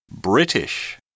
British